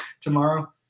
Tomorrow